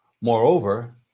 Moreover